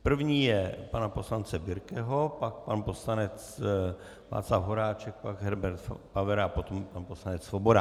První je pana poslance Birkeho, pak pan poslanec Václav Horáček, pak Herbert Pavera a pak pan poslanec Svoboda.